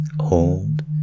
Hold